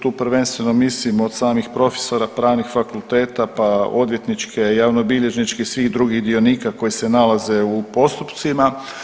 Tu prvenstveno mislim od samih profesora pravnih fakulteta, pa odvjetničke i javnobilježničke, svih drugih dionika koji se nalaze u postupcima.